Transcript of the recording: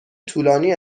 طولانی